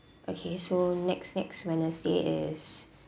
okay so next next wednesday is